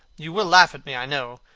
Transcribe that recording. you will laugh at me, i know,